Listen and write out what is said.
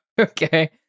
Okay